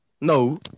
No